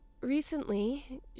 recently